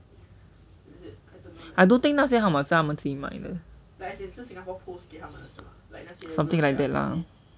I don't think 那些号码是他们自己买的 something like that lah